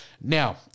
Now